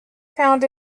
found